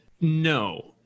No